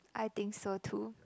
I think so too